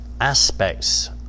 aspects